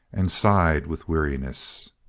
and sighed with weariness.